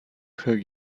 hug